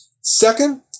Second